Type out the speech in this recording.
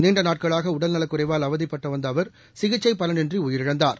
நீண்டநாட்களாக உடல்நலக்குறைவால் அவதிப்பட்டு வந்த அவர் சிகிச்சை பலனின்றி உயிரிழந்தார்